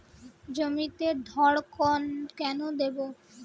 জমিতে ধড়কন কেন দেবো?